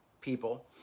people